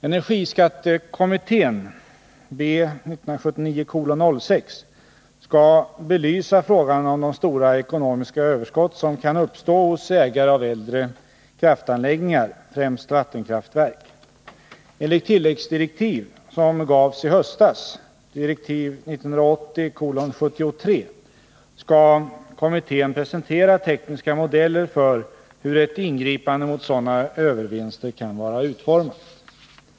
Energiskattekommittén skall belysa frågan om de stora ekonomiska överskott som kan uppstå hos ägare av äldre kraftanläggningar, främst vattenkraftverk. Enligt tilläggsdirektiv som gavs i höstas skall kommittén presentera tekniska modeller för hur ett ingripande mot sådana övervinster kan vara utformat.